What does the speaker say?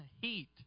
heat